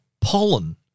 pollen